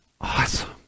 awesome